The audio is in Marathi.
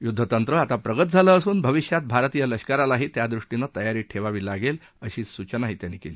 युद्धतंत्र आता प्रगत झालं असून भविष्यात भारतीय लष्करालाही त्यादृष्टीनं तयारी ठेवावी लागेल अशी सूचना त्यांनी केली